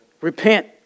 Repent